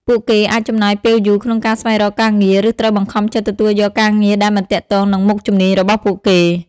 ពួកគេអាចចំណាយពេលយូរក្នុងការស្វែងរកការងារ ឬត្រូវបង្ខំចិត្តទទួលយកការងារដែលមិនទាក់ទងនឹងមុខជំនាញរបស់ពួកគេ។